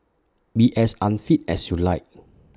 be as unfit as you like